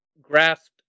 grasped